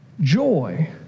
joy